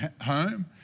home